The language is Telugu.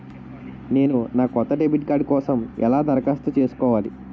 నేను నా కొత్త డెబిట్ కార్డ్ కోసం ఎలా దరఖాస్తు చేసుకోవాలి?